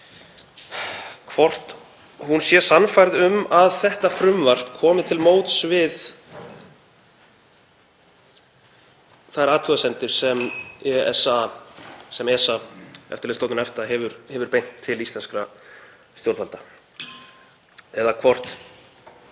hvort hún sé sannfærð um að þetta frumvarp komi til móts við þær athugasemdir sem ESA, Eftirlitsstofnun EFTA, hefur beint til íslenskra stjórnvalda,